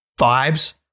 vibes